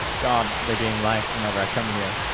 god, the game likes whenever i come here.